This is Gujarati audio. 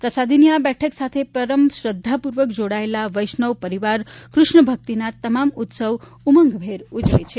પ્રસાદીની આ બેઠક સાથે પરમ શ્રદ્ધાપૂર્વક જોડાયેલા વૈષ્ણવ પરિવાર કૃષ્ણભક્તિના તમામ ઉત્સવ ઉમંગભેર ઉજવે છે